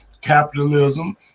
capitalism